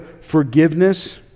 forgiveness